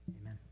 Amen